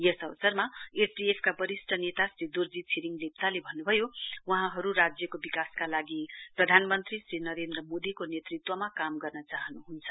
यस अवसरनी एसडिएफ का वरिष्ट नेता श्री दोर्जी छिरिङ लेप्चाल् भन्नुभयो वहाँहरु राज्यको विकासका लागि प्रधानमन्त्री श्री नरेन्द्र मोदीको नेत्रत्वमा काम गर्न चाहन् हुन्छ